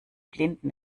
blinden